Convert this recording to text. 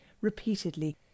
repeatedly